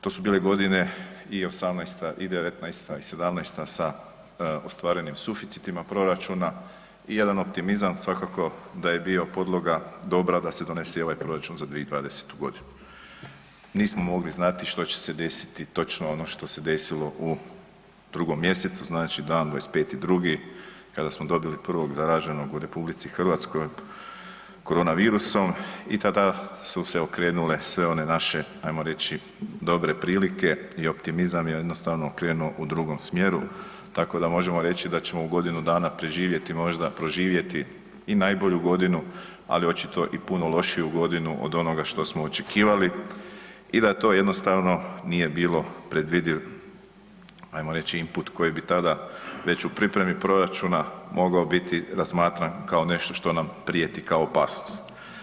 To su bile godine i '18. i '19. i '17. sa ostvarenim suficitima proračuna i jedan optimizam svakako da je bio podloga dobra da se donese i ovaj proračun za 2020. g. Nismo mogli znati što će se desiti, točno ono što se desilo u 2. mjesecu, znači dan 25.2., kada smo dobili prvog zaraženog u RH koronavirusom i tada su se okrenule sve one naše, ajmo reći, dobre prilike i optimizam i jednostavno je krenuo u drugom smjeru, tako da možemo reći da ćemo u godinu dana preživjeti možda, proživjeti i najbolju godinu, ali očito i puno lošiju godinu od onoga što smo očekivali i da to jednostavno nije bilo predvidiv, ajmo reći, input koji bi tada već u pripremi proračuna mogao biti razmatran kao nešto što nam prijeti kao opasnost.